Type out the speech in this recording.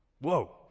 Whoa